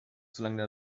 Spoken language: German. solange